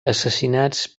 assassinats